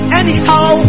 anyhow